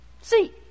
See